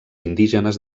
indígenes